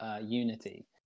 Unity